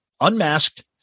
Unmasked